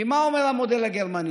כי מה אומר המודל הגרמני?